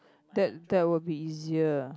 that that would be easier